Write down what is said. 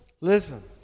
Listen